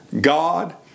God